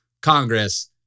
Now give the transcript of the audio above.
Congress